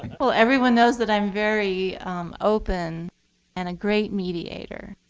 well, everyone knows that i'm very open and a great mediator.